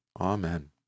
Amen